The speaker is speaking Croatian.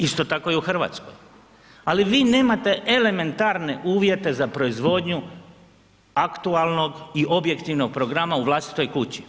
Isto tako i u Hrvatskoj, ali vi nemate elementarne uvjete za proizvodnju aktualnog i objektivnog programa u vlastitoj kući.